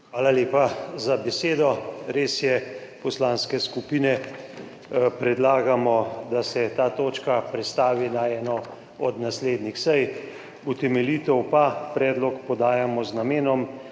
Hvala lepa za besedo. Res je, poslanske skupine predlagamo, da se ta točka prestavi na eno od naslednjih sej. Utemeljitev pa, da predlog podajamo z namenom,